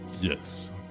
Yes